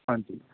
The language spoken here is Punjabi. ਹਾਂਜੀ